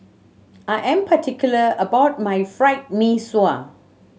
I am particular about my Fried Mee Sua